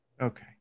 Okay